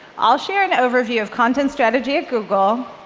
i'll share an overview of content strategy of google,